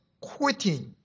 quitting